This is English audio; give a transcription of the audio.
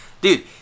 Dude